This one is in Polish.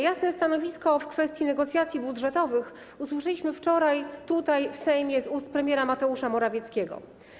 Jasne stanowisko w kwestii negocjacji budżetowych usłyszeliśmy wczoraj w Sejmie z ust premiera Mateusza Morawieckiego.